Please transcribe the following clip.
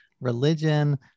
religion